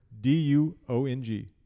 D-U-O-N-G